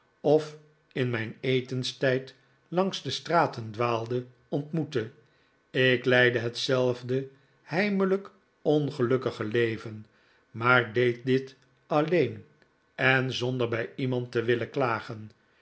of in mijn etenstijd langs de straten dwaalde ontmoette ik leidde hetzelfde heimelijk ongelukkige leven maar deed dit alleen en zonder bij iemand te willen klagen